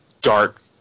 dark